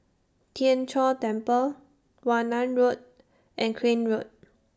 Tien Chor Temple Warna Road and Crane Road